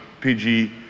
PG